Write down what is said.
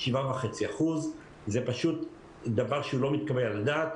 7.5%. זה דבר שהוא לא מתקבל על הדעת.